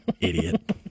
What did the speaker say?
Idiot